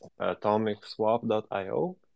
atomicswap.io